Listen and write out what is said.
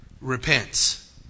repents